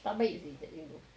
tak baik seh cakap macam tu